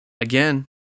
again